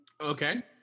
Okay